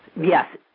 Yes